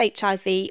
HIV